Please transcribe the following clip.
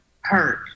hurt